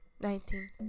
nineteen